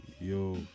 Yo